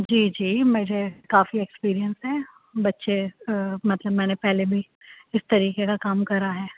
جی جی میرے کافی ایکسپریئنس ہے بچے مطلب میں نے پہلے بھی اس طریقے کا کام کرا ہے